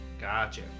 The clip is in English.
Gotcha